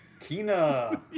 kina